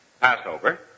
Passover